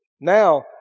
Now